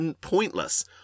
pointless